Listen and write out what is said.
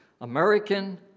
American